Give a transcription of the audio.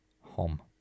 home